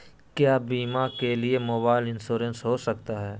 क्या बीमा के लिए मोबाइल इंश्योरेंस हो सकता है?